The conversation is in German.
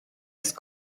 ist